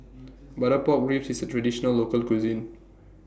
Butter Pork Ribs IS A Traditional Local Cuisine